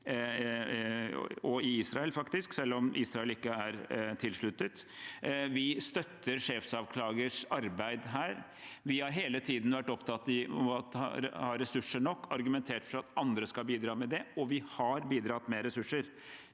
i Israel, selv om Israel ikke er tilsluttet. Vi støtter sjefanklagers arbeid her. Vi har hele tiden vært opptatt av å ha ressurser nok, vi har argumentert for at andre skal bidra med det, og vi har bidratt med ressurser.